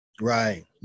Right